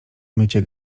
mycie